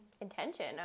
intention